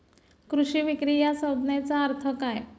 कृषी विक्री या संज्ञेचा अर्थ काय?